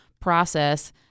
process